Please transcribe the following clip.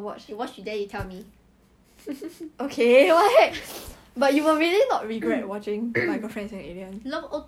very cold meh 我现在很热 eh 真的很痒 leh 我鼻子都是你